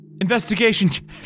Investigation